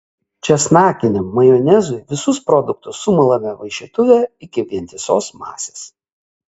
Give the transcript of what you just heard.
česnakiniam majonezui visus produktus sumalame maišytuve iki vientisos masės